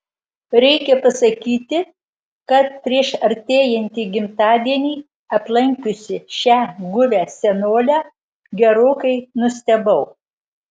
reikia pasakyti kad prieš artėjantį gimtadienį aplankiusi šią guvią senolę gerokai nustebau